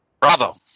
Bravo